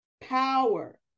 Power